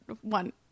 one